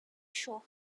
show